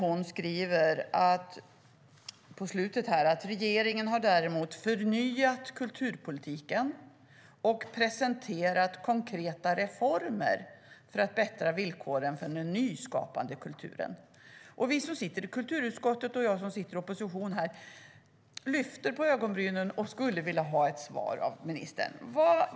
Hon skriver på slutet: Regeringen har däremot förnyat kulturpolitiken och presenterar konkreta reformer för att förbättra villkoren för den nyskapande kulturen. Vi som sitter i kulturutskottet och jag som sitter i opposition här lyfter på ögonbrynen och skulle vilja ha ett svar av ministern.